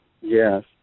yes